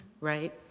right